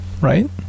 Right